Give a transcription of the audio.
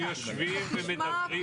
אנחנו יושבים ומדברים.